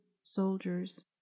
soldiers